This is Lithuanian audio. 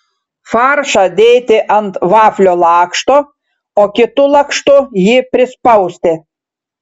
faršą dėti ant vaflio lakšto o kitu lakštu jį prispausti